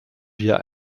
wir